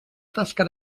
tasca